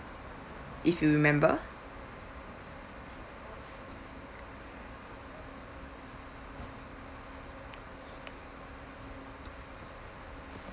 if you remember